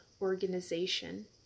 organization